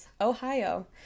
Ohio